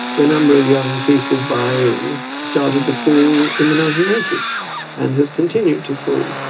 the number of young people buying started to fall in the nineteen eighty s and has continued to fall.